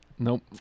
Nope